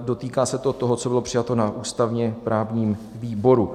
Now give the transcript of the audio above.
Dotýká se to toho, co bylo přijato na ústavněprávním výboru.